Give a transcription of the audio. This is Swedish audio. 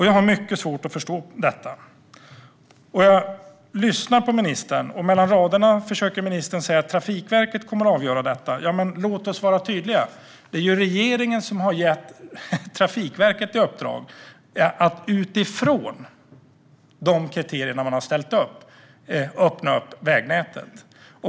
Jag har mycket svårt att förstå det. Jag lyssnar på ministern. Mellan raderna försöker ministern säga att Trafikverket kommer att avgöra detta. Låt oss vara tydliga: Det är regeringen som har gett Trafikverket i uppdrag att utifrån de kriterier som man har ställt upp öppna vägnätet.